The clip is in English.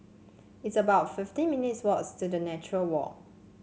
it's about fifty minutes' walk to Nature Walk